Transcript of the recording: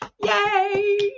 Yay